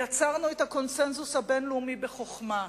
יצרנו את הקונסנזוס הבין-לאומי בחוכמה,